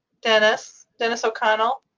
dennis? dennis o'connell?